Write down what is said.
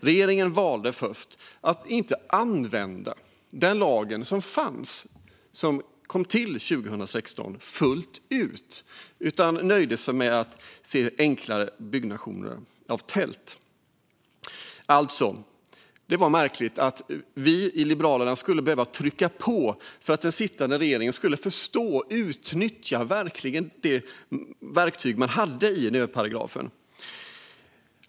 Regeringen valde först att inte använda den befintliga lag som kommit till 2016 fullt ut, utan nöjde sig med enklare byggnationer av tält. Det var märkligt att vi i Liberalerna skulle behöva trycka på för att den sittande regeringen skulle förstå att utnyttja det verktyg man hade i nödparagrafen.